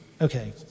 Okay